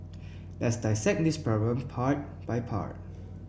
let's dissect this problem part by part